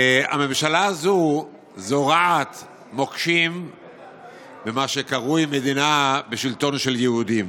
הממשלה הזו זורעת מוקשים במה שקרוי מדינה בשלטון של יהודים.